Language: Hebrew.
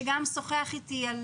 ששוחח אתי על